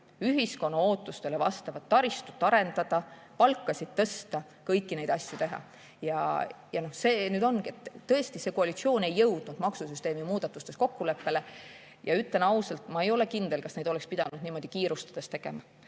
ühiskonna ootustele vastavat taristut arendada, palkasid tõsta, kõiki neid asju teha. See nüüd ongi see, et tõesti see koalitsioon ei jõudnud maksusüsteemi muudatustes kokkuleppele. Ütlen ausalt, ma ei ole kindel, kas neid oleks pidanud niimoodi kiirustades tegema.